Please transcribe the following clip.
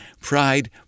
Pride